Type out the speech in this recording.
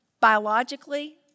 biologically